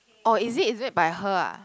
oh is it is it by her ah